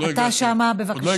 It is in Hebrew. אתה שם, בבקשה.